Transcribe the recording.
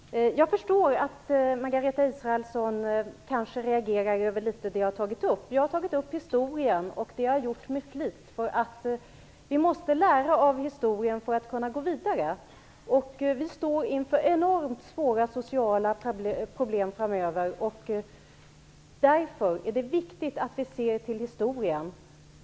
Herr talman! Jag förstår att Margareta Israelsson reagerar över litet av det som jag har tagit upp. Jag har tagit upp historien. Det har jag gjort med flit, för vi måste lära av historien för att kunna gå vidare. Vi står inför enormt svåra sociala problem. Därför är det viktigt att vi ser till historien.